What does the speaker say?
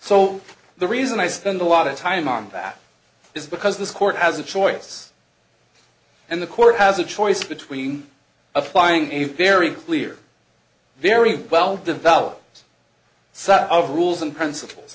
so the reason i spend a lot of time on that is because this court has a choice and the court has a choice between a flying a very clear very well developed set of rules and princip